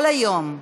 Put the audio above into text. כל היום.